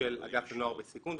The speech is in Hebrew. של אגף לנוער בסיכון,